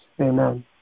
Amen